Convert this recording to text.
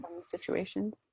Situations